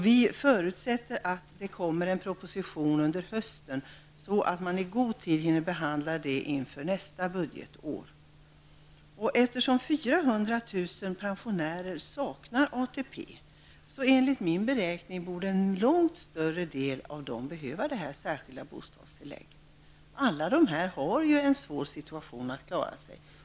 Vi förutsätter att det kommer en proposition under hösten så att man i god tid hinner behandla den inför nästa budgetår. Eftersom 400 000 pensionärer saknar ATP, borde, enligt min beräkning, en långt större del av dem behöva det särskilda bostadstillägget. Alla dessa människor har svårt att klara sig.